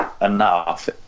enough